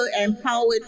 empowered